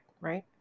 Right